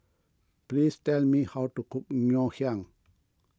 please tell me how to cook Ngoh Hiang